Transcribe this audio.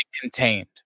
contained